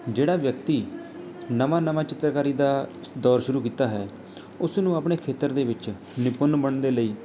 ਜਿਹੜਾ ਵਿਅਕਤੀ ਨਵਾਂ ਨਵਾਂ ਚਿੱਤਰਕਾਰੀ ਦਾ ਦੌਰ ਸ਼ੁਰੂ ਕੀਤਾ ਹੈ ਉਸ ਨੂੰ ਆਪਣੇ ਖੇਤਰ ਦੇ ਵਿੱਚ ਨਿਪੁੰਨ ਬਣਨ ਦੇ ਲਈ